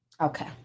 okay